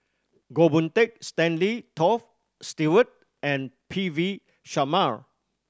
Goh Boon Teck Stanley Toft Stewart and P V Sharma